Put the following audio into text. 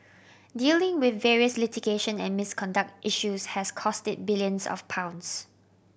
dealing with various litigation and misconduct issues has cost it billions of pounds